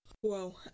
whoa